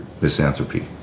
Misanthropy